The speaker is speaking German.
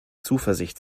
zuversicht